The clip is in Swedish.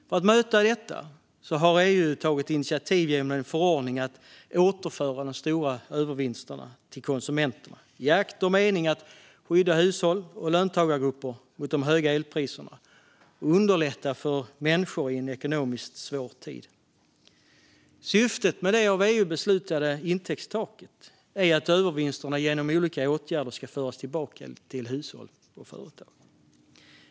För att möta detta har EU genom en förordning tagit initiativ till att återföra de stora vinsterna till konsumenterna, i akt och mening att skydda hushåll och löntagargrupper mot de höga elpriserna och underlätta för människor i en ekonomiskt svår tid. Syftet med det av EU beslutade intäktstaket är att övervinsterna genom olika åtgärder ska föras tillbaka till hushåll och företag.